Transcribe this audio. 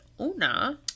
Una